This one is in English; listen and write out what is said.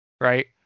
Right